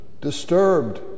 disturbed